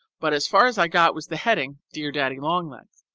but as far as i got was the heading, dear daddy-long-legs,